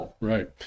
Right